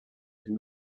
and